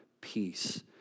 peace